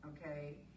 okay